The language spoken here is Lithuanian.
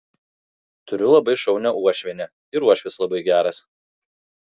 turiu labai šaunią uošvienę ir uošvis labai geras